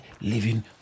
living